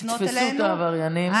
תתפסו את העבריינים,